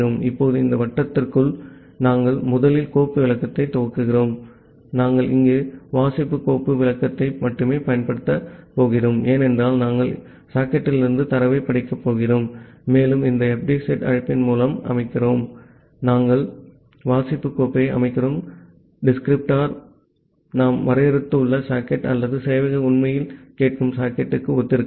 இப்போது இந்த வட்டத்திற்குள் நாங்கள் முதலில் கோப்பு விளக்கத்தை துவக்குகிறோம் நாங்கள் இங்கே வாசிப்பு கோப்பு விளக்கத்தை மட்டுமே பயன்படுத்தப் போகிறோம் ஏனென்றால் நாங்கள் சாக்கெட்டிலிருந்து தரவைப் படிக்கப் போகிறோம் மேலும் இந்த fd செட் அழைப்பின் மூலம் அமைக்கிறோம் நாங்கள் வாசிப்பு கோப்பை அமைக்கிறோம் டிஸ்கிரிப்டர் நாம் வரையறுத்துள்ள சாக்கெட் அல்லது சேவையகம் உண்மையில் கேட்கும் சாக்கெட்டுக்கு ஒத்திருக்கிறது